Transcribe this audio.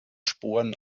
sporen